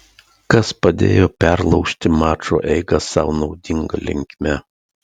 kas padėjo perlaužti mačo eigą sau naudinga linkme